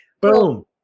Boom